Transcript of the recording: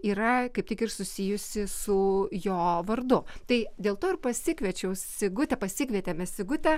yra kaip tik ir susijusi su jo vardu tai dėl to ir pasikviečiau sigutę pasikvietėm mes sigutę